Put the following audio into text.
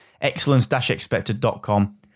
Excellence-expected.com